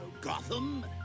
Gotham